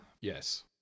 Yes